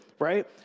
Right